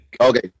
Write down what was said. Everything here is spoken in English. Okay